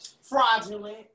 Fraudulent